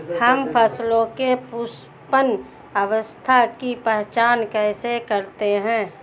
हम फसलों में पुष्पन अवस्था की पहचान कैसे करते हैं?